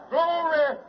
Glory